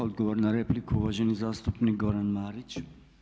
Odgovor na repliku uvaženi zastupnik Goran Marić.